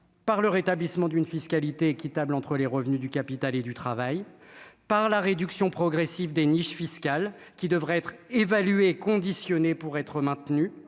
par le rétablissement d'une fiscalité équitable entre les revenus du capital et du travail par la réduction progressive des niches fiscales qui devraient être évalués conditionnés pour être maintenu